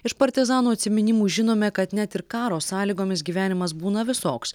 iš partizanų atsiminimų žinome kad net ir karo sąlygomis gyvenimas būna visoks